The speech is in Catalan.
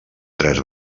tres